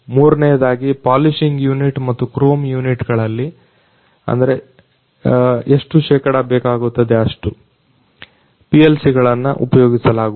ಮೂರನೇಯದಾಗಿ polishing unit ಮತ್ತು chrome ಯುನಿಟ್ಗಳಲ್ಲಿಎಷ್ಟು ಶೇಕಡ ಬೇಕಾಗುತ್ತದೆ ಅಷ್ಟು PLCಗಳನ್ನ ಉಪಯೋಗಿಸಲಾಗುವುದು